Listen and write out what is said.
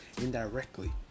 indirectly